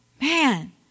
man